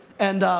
and